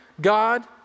God